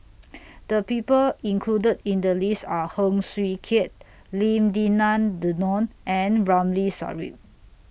The People included in The list Are Heng Swee Keat Lim Denan Denon and Ramli Sarip